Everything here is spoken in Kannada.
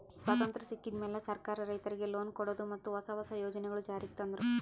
ಸ್ವತಂತ್ರ್ ಸಿಕ್ಕಿದ್ ಮ್ಯಾಲ್ ಸರ್ಕಾರ್ ರೈತರಿಗ್ ಲೋನ್ ಕೊಡದು ಮತ್ತ್ ಹೊಸ ಹೊಸ ಯೋಜನೆಗೊಳು ಜಾರಿಗ್ ತಂದ್ರು